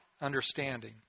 understanding